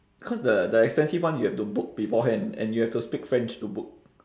cause the the expensive one you have to book beforehand and you have to speak french to book